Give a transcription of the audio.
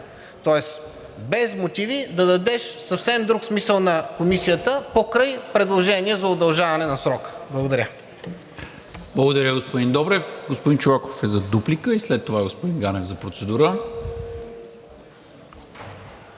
Тоест без мотиви да дадеш съвсем друг смисъл на Комисията покрай предложение за удължаване на срока. Благодаря. ПРЕДСЕДАТЕЛ НИКОЛА МИНЧЕВ: Благодаря, господин Добрев. Господин Чолаков е за дуплика и след това господин Ганев за процедура.